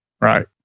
Right